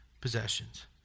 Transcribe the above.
possessions